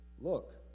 Look